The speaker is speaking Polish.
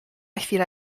chwila